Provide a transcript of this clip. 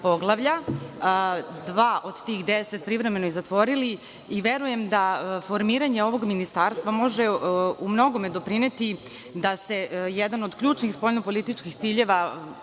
dva od tih deset privremeno i zatvorili. Verujem da formiranje ovog ministarstva može umnogome doprineti da se jedan od ključnih spoljnopolitičkih ciljeva